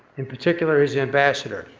in particular his ambassador?